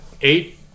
eight